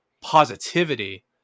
positivity